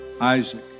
Isaac